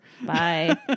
Bye